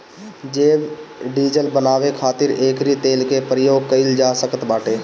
जैव डीजल बानवे खातिर एकरी तेल के प्रयोग कइल जा सकत बाटे